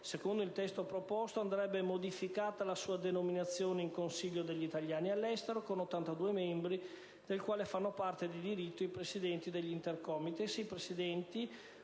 secondo il testo proposto, andrebbe modificata la sua denominazione in Consiglio degli italiani all'estero, e avrebbe 82 membri; ne fanno parte di diritto i presidenti degli Intercomites,